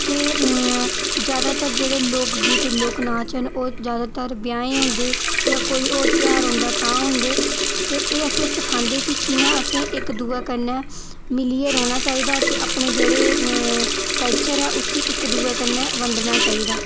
ते ज्दायातर जेह्ड़े लोक गीत लोक नाच न ओह् ज्दायातर ब्याहें होंदे जां कोई होर ध्यार होंदा तां होंदे ते एह् असेंगी सखांदे कि कियां असें इक दुए कन्नै मिलियै रौह्ना चाहिदा ते अपने जेह्ड़े कल्चर ऐ उसी इक दुए कन्नै बंडना चाहिदा